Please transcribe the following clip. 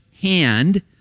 hand